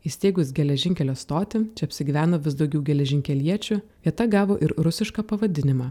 įsteigus geležinkelio stotį čia apsigyveno vis daugiau geležinkeliečių vieta gavo ir rusišką pavadinimą